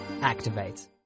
activate